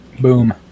Boom